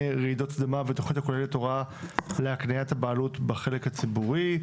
רעידת אדמה ותכנית הכוללת הוראה להקניית הבעלות בחלק הציבורי).